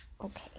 Okay